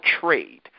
trade